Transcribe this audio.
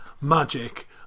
magic